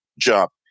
jump